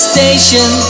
station